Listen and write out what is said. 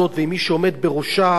ומי שמנהל את משרד החוץ שלה,